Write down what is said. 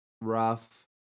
rough